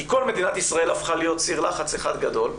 כי כל מדינת ישראל הפכה להיות סיר לחץ אחד גדול?